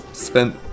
Spent